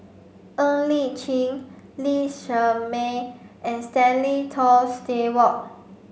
Ng Li Chin Lee Shermay and Stanley Toft Stewart